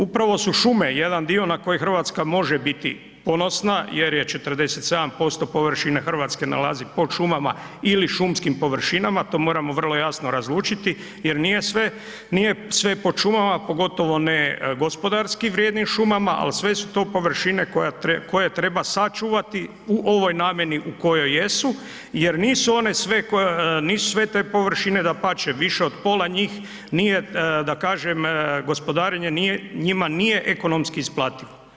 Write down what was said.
Upravo su šume jedan dio na koji Hrvatska može biti ponosna jer je 47% površine Hrvatske nalazi pod šumama ili šumskim površinama, to moramo vrlo jasno razlučiti jer nije sve, nije sve pod šumama, pogotovo ne gospodarski vrijednim šumama, ali sve su to površine koje treba sačuvati u ovoj namjeni u kojoj jesu jer nisu one sve, nisu sve te površine, dapače, više od pola njih nije da kažem gospodarenje njima nije ekonomski isplativ.